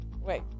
wait